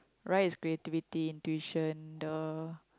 right is creativity and intuition the